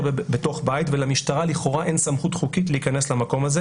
בתוך בית ולמשטרה לכאורה אין סמכות חוקית להיכנס למקום הזה